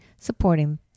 supporting